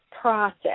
process